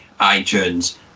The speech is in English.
iTunes